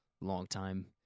longtime